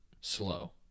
slow